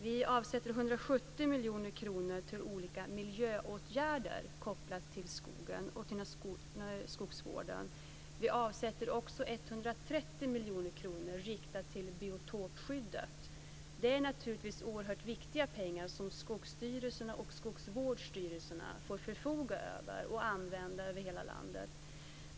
Vi avsätter 170 miljoner kronor till olika miljöåtgärder kopplade till skogen och skogsvården. Vi avsätter också 130 miljoner kronor riktade till biotopskyddet. Det är naturligtvis oerhört viktiga pengar som Skogsstyrelserna och Skogsvårdsstyrelserna får förfoga över i hela landet.